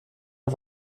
auf